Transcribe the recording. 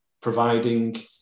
providing